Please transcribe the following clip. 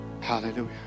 Hallelujah